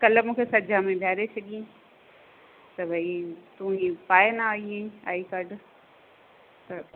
कल्ह मूंखे सजा में बीहारे छॾियई त भई तूं इहो पाए न आई आई काड